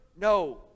No